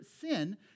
sin